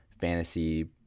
fantasy